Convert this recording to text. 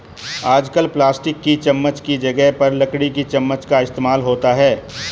आजकल प्लास्टिक की चमच्च की जगह पर लकड़ी की चमच्च का इस्तेमाल होता है